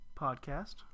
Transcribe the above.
podcast